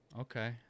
Okay